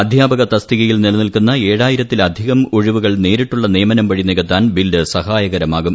അധ്യാപക തസ്തികയിൽ നിലനിൽക്കുന്ന ഏഴായിരത്തിലധികം ഒഴിവുകൾ നേരിട്ടുള്ള നിയമനം വഴി നികത്താൻ ബിൽ സഹായകരമാകും